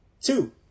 Two